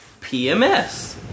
PMS